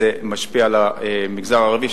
זה משפיע על המגזר הערבי,